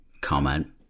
comment